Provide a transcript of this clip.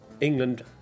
England